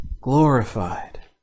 glorified